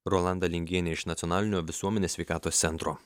rolanda lingienė iš nacionalinio visuomenės sveikatos centro